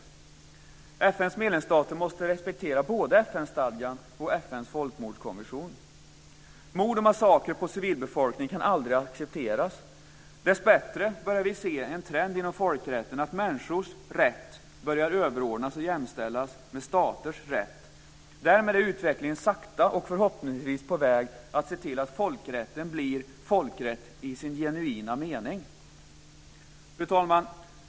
FN:s medlemsstater måste respektera både FN stadgan och FN:s folkmordskonvention. Mord och massakrer på civilbefolkningen kan aldrig accepteras. Dessbättre börjar vi se en trend inom folkrätten. Människors rätt börjar överordnas och jämställas med staters rätt. Därmed är förhoppningsvis utvecklingen sakta på väg mot att folkrätten blir folkrätt i genuin mening. Fru talman!